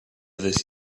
this